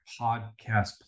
podcast